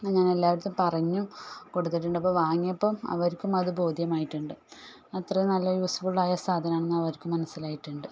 ഞാൻ എല്ലാവരെടുത്തും പറഞ്ഞു കൊടുത്തിട്ടുണ്ട് അപ്പം വാങ്ങി അപ്പം അവർക്കും അത് ബോധ്യമായിട്ടുണ്ട് അത്ര നല്ല യൂസ്ഫുള്ളായ സാധനമാണെന്ന് അവർക്ക് മനസ്സിലായിട്ടുണ്ട്